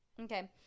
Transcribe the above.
Okay